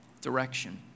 direction